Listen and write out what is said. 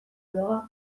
blogak